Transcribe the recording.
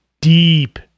deep